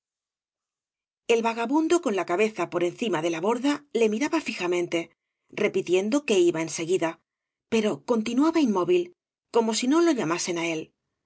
el vagabundo cob la cabeza por encima de la borda le miraba fijamente repitiendo que iba en seguida pero continuaba inmóvil como si no lo llamasen á él